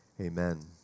Amen